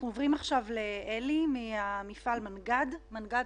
אנחנו עוברים עכשיו לאלי ממפעל "נגב זכוכית".